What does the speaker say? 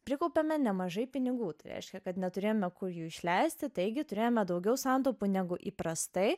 prikaupiame nemažai pinigų tai reiškia kad neturėjome kur jų išleisti taigi turėjome daugiau santaupų negu įprastai